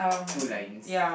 two lines